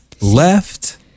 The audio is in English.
left